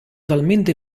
talmente